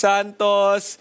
Santos